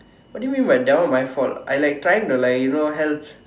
what do you mean by that one my fault I like trying to like help